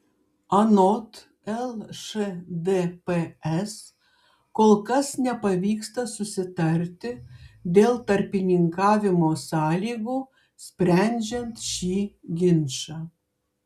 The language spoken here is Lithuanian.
anot lšdps kol kas nepavyksta susitarti dėl tarpininkavimo sąlygų sprendžiant šį ginčą